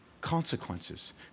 consequences